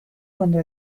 cuando